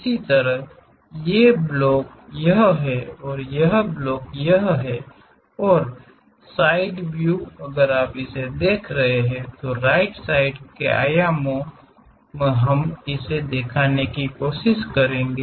इसी तरह यह ब्लॉक यह है और यह एक है और राइट साइड व्यू अगर आप इसे देख रहे हैं तो राइट साइड आयामों से हम इसे देखने की कोशिश करेंगे